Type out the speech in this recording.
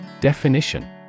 Definition